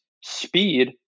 speed